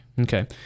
Okay